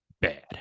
bad